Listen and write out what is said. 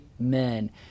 Amen